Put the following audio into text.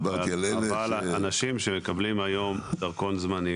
דיברתי על אלה --- אבל אנשים שמקבלים היום דרכון זמני